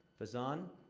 fezzan,